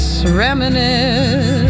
reminisce